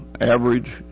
average